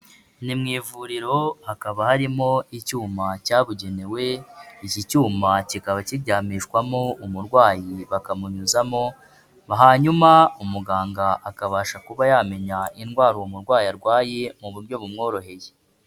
Ni mu ivuriro hakaba harimo icyuma cyabugenewe, iki cyuma kikaba kiryamishwamo umurwayi bakamunyuzamo, hanyuma umuganga akabasha kuba yamenya indwara uwo murwayi arwaye, mu buryo bumworoheye.